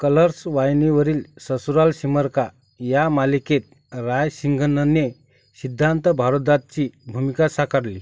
colours वाहिनीवरील ससुराल सिमर का या मालिकेत रायसिंघनने सिद्धांत भारद्वाजची भूमिका साकारली